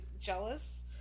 jealous